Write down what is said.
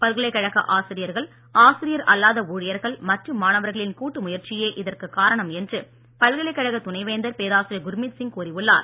பல்கலைக்கழக ஆசிரியர்கள் ஆசிரியர் அல்லாத ஊழியர்கள் மற்றும் மாணவர்களின் கூட்டு முயற்சியே இதற்கு காரணம் என்று பல்கலைக்கழக துணைவேந்தர் பேராசிரியர் குர்மீத் சிங் கூறியுள்ளார்